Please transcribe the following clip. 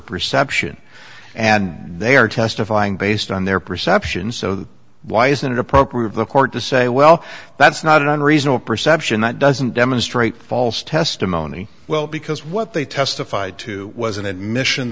perception and they are testifying based on their perception so why isn't it appropriate the court to say well that's not an unreasonable perception that doesn't demonstrate false testimony well because what they testified to was an admission